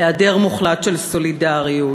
היעדר מוחלט של סולידריות,